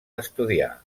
estudiar